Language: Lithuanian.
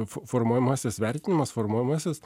formuojamasis vertinimas formuojamasis